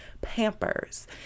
Pampers